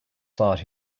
thought